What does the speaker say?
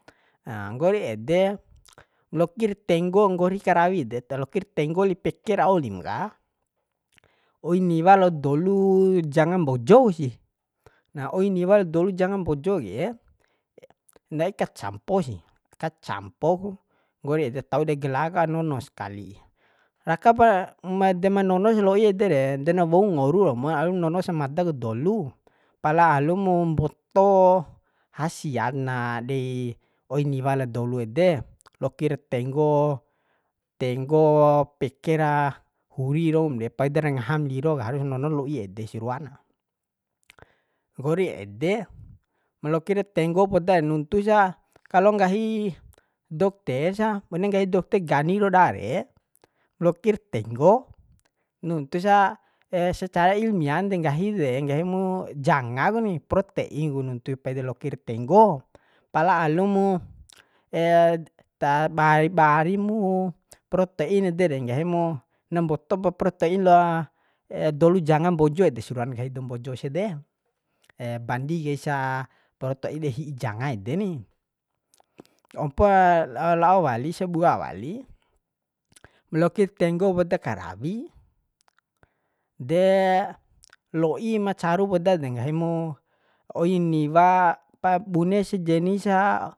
Nah nggori ede lokir tenggo nggori karawi de ta lokir tenggo li peker au lim ka oi niwa lao dolu janga mbojo kusi na oi niwa lao dolu janga mbojo ke nadi kacampo sih kacampo ku nggri ede tau dei gala ka nono skali raka par made ma nonos lo'i ede re na wou ngoru romo alum nono samada ku dolu pala alumu mboto hasial na dei oi niwa lao dolu ede lokir tenggo tenggo peke ra huri raum de paidar ngaham liro ka harus nonom lo'i ede sih ruana nggori ede ma lokair tenggo poda nuntusa kalo nggahi dokte sa bune nggahi dokte gani rau da re lokir nuntu sa secara ilmian de nggahi de nggahimu janga kuni porotein nuntu paidar lokir tenggo pala alumu ta bai bari mu porotein ede re nggahimu na mbotopa protein dolu janga mbojo ede si ruan nggahi dou mbojo ede de bandi kaisa porotein dei hi'i janga ede ni ompo na lalao wali sabua wali malokir tenggo poda karawi de lo'i ma caru poda de nggahi mu oi niwa pap bune sejenisa